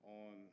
on